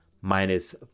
minus